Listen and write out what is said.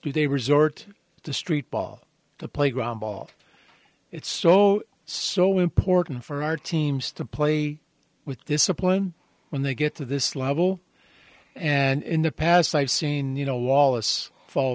do they resort to street ball playground ball it's so so important for our teams to play with discipline when they get to this level and in the past i've seen you know wallace fall